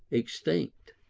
extinct.